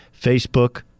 Facebook